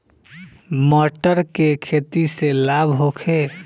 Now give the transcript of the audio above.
मटर के खेती से लाभ होखे?